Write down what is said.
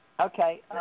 Okay